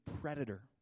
predator